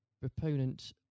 proponent